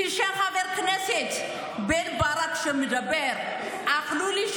כשחבר כנסת בן ברק מדבר אכלו לי,